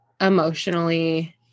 emotionally